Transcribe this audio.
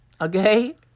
Okay